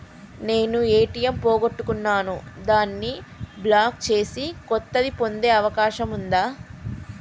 నేను ఏ.టి.ఎం పోగొట్టుకున్నాను దాన్ని బ్లాక్ చేసి కొత్తది పొందే అవకాశం ఉందా?